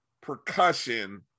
percussion